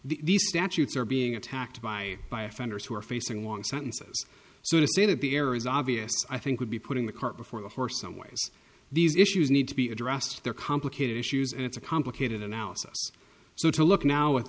these statutes are being attacked by by offenders who are facing long sentences so to say that the error is obvious i think would be putting the cart before the horse some ways these issues need to be addressed they're complicated issues and it's a complicated analysis so to look now wit